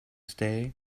stay